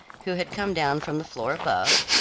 who had come down from the floor above,